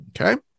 Okay